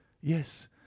Yes